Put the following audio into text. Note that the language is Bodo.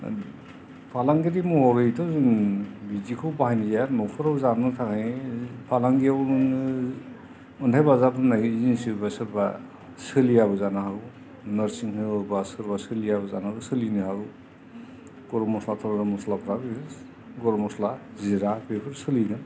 फालांगिरि महरैथ' जोङो बिदिखौ बाहायनाय जाया न'खराव जानो थाखाय फालांगियावनो अन्थाइ बाजाब होननाय जिनिस सोरबा सोरबा सोलियाबो जानो हागौ नोरसिं होनबा सोरबा सोलियाबो जानो हागौ सोलिनो हागौ गरम मस्ला थरम मस्लाफ्रा बेफोरसो गरम मस्ला जिरा बेफोर सोलिगोन